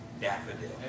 daffodil